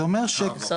זה אומר -- 10%.